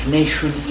nation